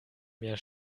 mehr